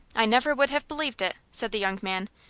i never would have believed it, said the young man.